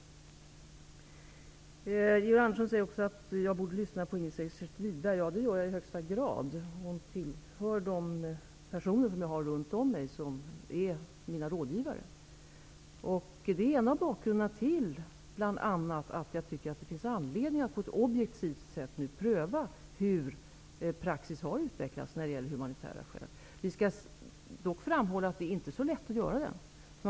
Georg Andersson säger också att jag borde lyssna på Ingrid Segerstedt Wiberg. Det gör jag i högsta grad. Hon tillhör de personer som jag har runt om mig och som är mina rådgivare. Det är en av bakgrunderna till att jag tycker att det finns anledning till att på ett objektivt sätt nu pröva hur praxis har utvecklats när det gäller beviljning av uppehållstillstånd av humanitära skäl. Jag vill dock framhålla att det inte är så lätt att göra en sådan prövning.